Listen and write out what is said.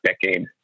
decade